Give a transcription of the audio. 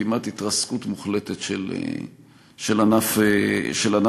של כמעט התרסקות מוחלטת של ענף התיירות,